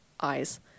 eyes